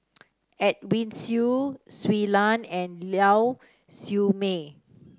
Edwin Siew Shui Lan and Lau Siew Mei